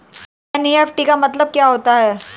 NEFT का मतलब क्या होता है?